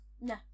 No